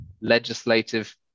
legislative